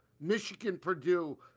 Michigan-Purdue